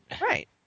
Right